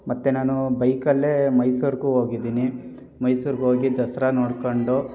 ಮತ್ತು ನಾನು ಬೈಕಲ್ಲೇ ಮೈಸೂರಿಗೂ ಹೋಗಿದಿನಿ ಮೈಸೂರ್ಗೆ ಹೋಗಿ ದಸರಾ ನೋಡ್ಕೊಂಡು